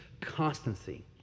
constancy